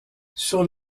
sur